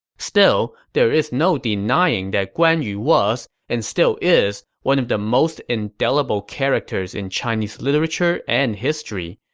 still, there is no denying that guan yu was and still is one of the most indelible characters in chinese literature and history,